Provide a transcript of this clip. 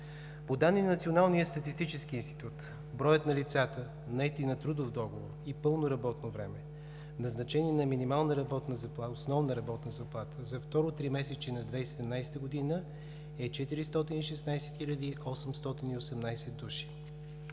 По данни на Националния статистически институт броят на лицата, наети на трудов договор и пълно работно време, назначени на минимална работна заплата, основна работна заплата за второ тримесечие на 2017 г. е 416 хиляди